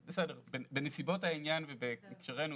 בסדר, בנסיבות העניין ובהקשרנו